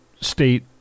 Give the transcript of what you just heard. state